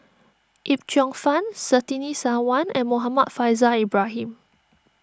Yip Cheong Fun Surtini Sarwan and Muhammad Faishal Ibrahim